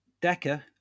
Decker